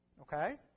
Okay